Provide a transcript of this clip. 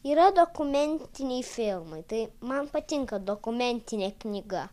yra dokumentiniai filmai tai man patinka dokumentinė knyga